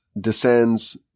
descends